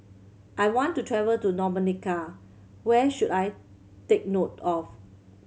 I want to travel to Dominica where should I take note of